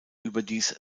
überdies